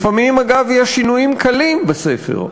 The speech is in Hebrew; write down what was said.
לפעמים, אגב, יש שינויים קלים בספר,